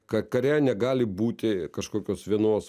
kad kare negali būti kažkokios vienos